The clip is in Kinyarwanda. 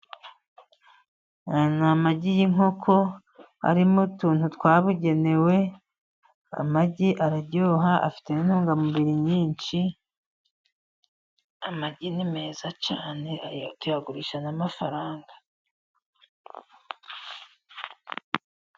Aya ni amagi y'inkoko ari mu tuntu twabugenewe, amagi araryoha afite n'intungamubiri nyinshi, amagi ni meza cyane aya tuyagurisha n'amafaranga.